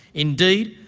indeed,